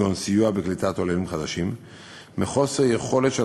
כגון סיוע בקליטת עולים חדשים או חוסר יכולת של